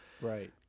right